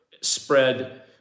spread